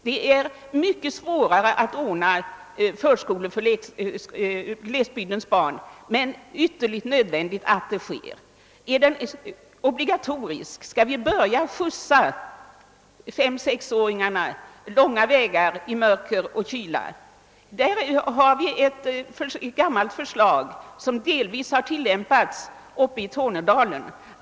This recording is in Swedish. Det är mycket svårare att ordna förskolor för glesbygdens barn men ytterligt nödvändigt att det sker. Om förskolan blir obligatorisk, måste vi skjutsa femoch sexåringarna långa vägar i mörker och kyla. I det sammanhanget vill jag nämna vad som härvidlag har skett i Tornedalen.